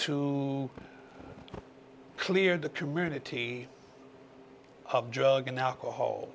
to clear the community of drug and alcohol